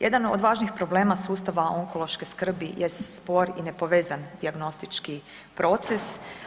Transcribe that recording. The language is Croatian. Jedan od važnih problema sustava onkološke skrbi jest spor i nepovezan dijagnostički proces.